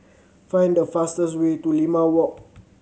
find the fastest way to Limau Walk